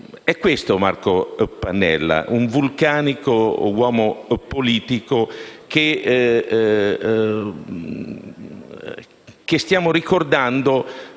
È questo Marco Pannella: un vulcanico uomo politico che stiamo ricordando,